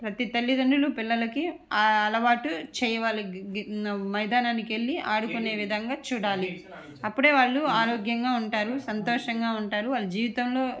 ప్రతి తల్లిదండ్రులు పిల్లలకి ఆ అలవాటు చేయాలి మైదానానికి వెళ్ళి ఆడుకునే విధంగా చూడాలి అప్పుడే వాళ్ళు ఆరోగ్యంగా ఉంటారు సంతోషంగా ఉంటారు వాళ్ళ జీవితంలో